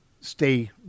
stay